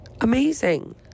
amazing